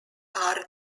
are